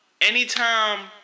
anytime